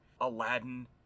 Aladdin